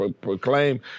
proclaim